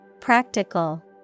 practical